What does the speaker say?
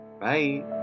Bye